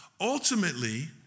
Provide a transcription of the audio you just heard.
Ultimately